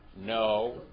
No